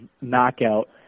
knockout